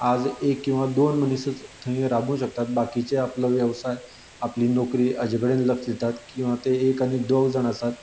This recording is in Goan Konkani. आज एक किंवां दोन मनीसच थंय राबूंक शकतात बाकीचे आपलो वेवसाय आपली नोकरी हाचें कडेन लक्ष दितात किंवां ते एक आनी दोन जाण आसात